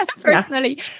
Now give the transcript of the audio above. personally